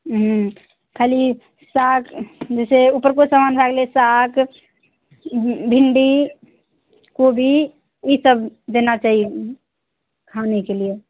हूँ खाली साग जैसे उपरके सामान भए गेलय साग भिण्डी कोबी ई सब देना चाहिये खानेके लिये